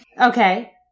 Okay